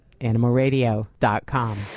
AnimalRadio.com